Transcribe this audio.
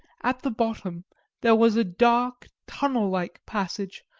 at the bottom there was a dark, tunnel-like passage,